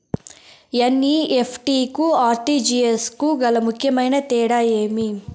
NEFT కు RTGS కు గల ముఖ్యమైన తేడా ఏమి?